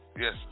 Yes